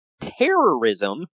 terrorism